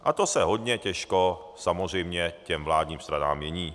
A to se hodně těžko samozřejmě těm vládním stranám mění.